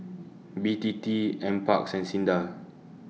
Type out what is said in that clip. B T T NParks and SINDA